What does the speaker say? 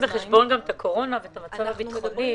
בחשבון גם את הקורונה ואת המצב הביטחוני והחינוך?